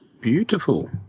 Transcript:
Beautiful